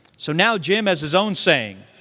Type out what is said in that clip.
so now jim has his own saying.